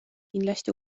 kindlasti